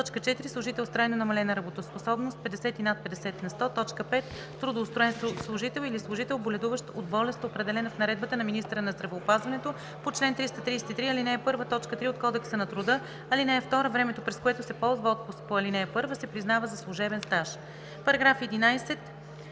му; 4. служител с трайно намалена работоспособност 50 и над 50 на сто; 5. трудоустроен служител или служител, боледуващ от болест, определена в наредбата на министъра на здравеопазването по чл. 333, ал. 1, т. 3 от Кодекса на труда. (2) Времето, през което се ползва отпуск по ал. 1, се признава за служебен стаж.“